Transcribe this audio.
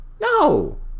no